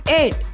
eight